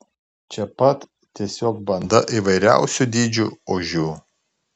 čia pat tiesiog banda įvairiausių dydžių ožių